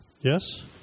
Yes